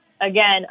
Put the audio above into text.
again